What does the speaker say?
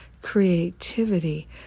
creativity